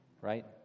right